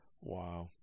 Wow